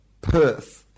Perth